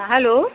हा हलो